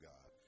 God